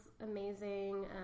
amazing